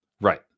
Right